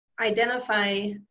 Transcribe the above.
identify